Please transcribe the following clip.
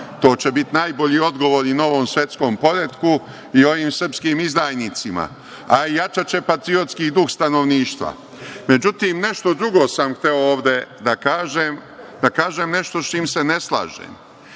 To će biti najbolji odgovor novom svetskom poretku i onim srpskim izdajnicima, a jačaće patriotski duh stanovništva.Međutim, nešto drugo sam ovde hteo da kažem, da kažem nešto s čim se ne slažem,